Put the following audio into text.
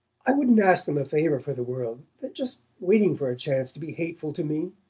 i wouldn't ask them a favour for the world they're just waiting for a chance to be hateful to me,